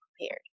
prepared